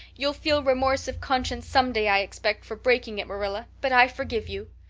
you'll feel remorse of conscience someday, i expect, for breaking it, marilla, but i forgive you.